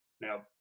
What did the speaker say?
now